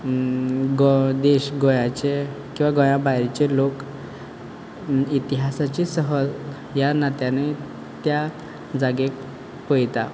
देश गोंयाचे किंवां गोंया भायरचे लोक इतिहासाची सहल ह्या नात्यानूय त्या जागेक पयता